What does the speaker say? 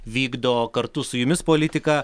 vykdo kartu su jumis politiką